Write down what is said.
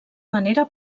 manera